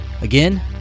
Again